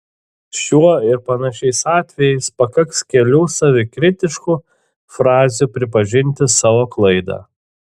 šiuo ir panašiais atvejais pakaks kelių savikritiškų frazių pripažinti savo klaidą